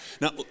Now